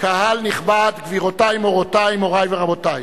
קהל נכבד, גבירותי-מורותי, מורי ורבותי,